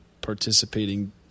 participating